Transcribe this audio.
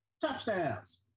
touchdowns